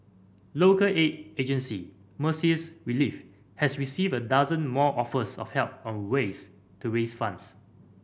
local aid agency Mercy's Relief has received a dozen more offers of help on ways to raise funds